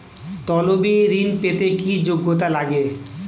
তলবি ঋন পেতে কি যোগ্যতা লাগে?